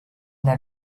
nel